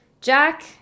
Jack